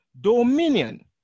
dominion